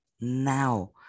now